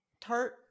Tart